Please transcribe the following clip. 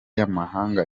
y’amahanga